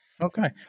Okay